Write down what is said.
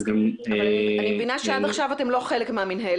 אז גם --- אני מבינה שעד עכשיו אתם לא חלק מהמינהלת